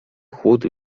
chłód